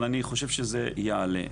אבל אני חושב שזה יעלה.